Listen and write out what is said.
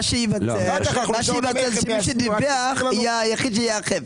מה שייווצר, שמי שדיווח יהיה היחיד שייאכף.